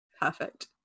Perfect